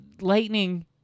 lightning